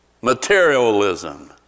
materialism